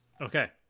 Okay